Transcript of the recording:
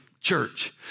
church